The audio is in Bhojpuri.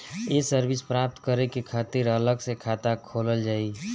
ये सर्विस प्राप्त करे के खातिर अलग से खाता खोलल जाइ?